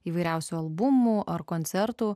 įvairiausių albumų ar koncertų